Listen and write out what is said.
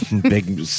big